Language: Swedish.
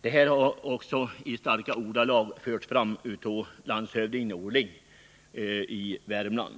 Detta har också i starka ordalag förts fram av landshövding Norling i Värmland.